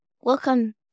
Welcome